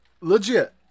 Legit